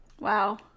Wow